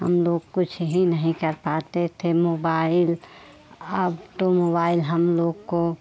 हम लोग कुछ ही नहीं कर पाते थे मुबाइल अब तो मुबाईल हम लोग को